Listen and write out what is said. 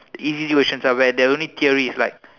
easy questions are where there's only theory like